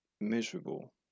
miserable